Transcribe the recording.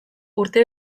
urte